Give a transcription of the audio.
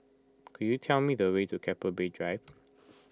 could you tell me the way to Keppel Bay Drive